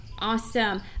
Awesome